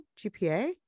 GPA